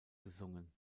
gesungen